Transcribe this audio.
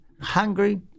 hungry